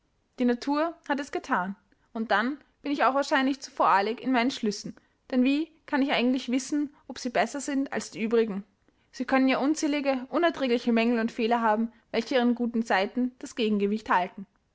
die natur hat es gethan und dann bin ich auch wahrscheinlich zu voreilig in meinen schlüssen denn wie kann ich eigentlich wissen ob sie besser sind als die übrigen sie können ja unzählige unerträgliche mängel und fehler haben welche ihren guten seiten das gegengewicht halten